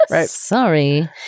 Sorry